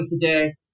today